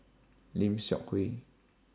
Lim Seok Hui